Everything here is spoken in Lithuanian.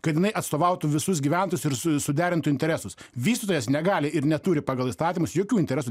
kad jinai atstovautų visus gyventojus ir su suderintų interesus vystytojas negali ir neturi pagal įstatymus jokių interesų